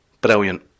Brilliant